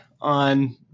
on